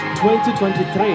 2023